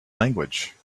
language